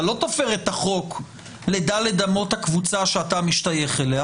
אתה לא תופר את החוק לדלת אמות הקבוצה שאתה משתייך אליה.